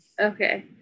okay